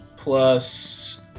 Plus